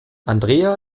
andrea